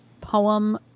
poem